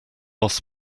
lost